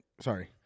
sorry